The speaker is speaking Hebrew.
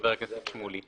חבר הכנסת שמולי.